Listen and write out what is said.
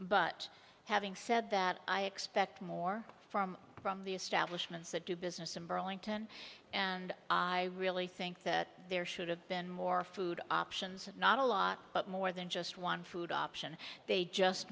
but having said that i expect more from from the establishment that do business in burlington and i really think that there should have been more food options and not a lot more than just one food option they just